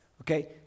Okay